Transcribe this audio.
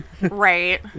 right